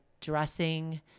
dressing